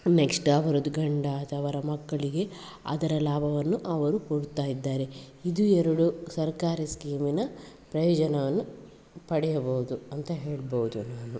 next ಅವರದ್ದು ಗಂಡ ಅಥವಾ ಅವರ ಮಕ್ಕಳಿಗೆ ಅದರ ಲಾಭವನ್ನು ಅವರು ಕೊಡ್ತಾಯಿದ್ದಾರೆ ಇದು ಎರಡು ಸರ್ಕಾರಿ ಸ್ಕೀಮಿನ ಪ್ರಯೋಜನವನ್ನು ಪಡೆಯಬಹುದು ಅಂತ ಹೇಳ್ಬೌದು ನಾನು